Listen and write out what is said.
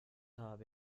habe